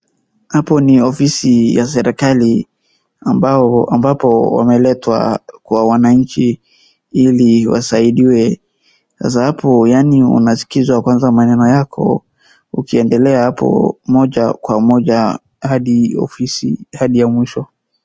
Hapo ni ofisi ya serikali ambapo wameletwa kwa wananchi ili wasaidiwe, sasa hapo yaani unasikizwa kwanza maneno yako ukiendelea hapo moja kwa moja hadi ofisi hadi ya mwisho.